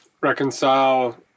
reconcile